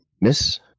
miss